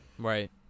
Right